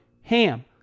HAM